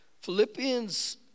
Philippians